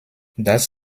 das